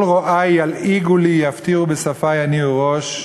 "כל רֹאי ילעִגו לי יפטירו בשפה יניעו ראש,